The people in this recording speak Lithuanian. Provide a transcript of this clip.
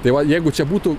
tai va jeigu čia būtų